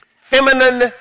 feminine